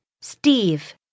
Steve